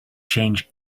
change